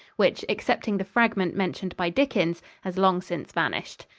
which, excepting the fragment mentioned by dickens, has long since vanished.